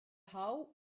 how